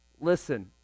listen